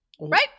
Right